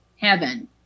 heaven